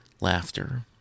laughter